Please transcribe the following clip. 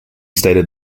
stated